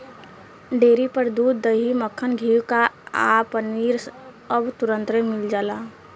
dairy पर दूध, दही, मक्खन, घीव आ पनीर अब तुरंतले मिल जाता